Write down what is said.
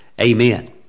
amen